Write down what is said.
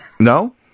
No